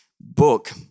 book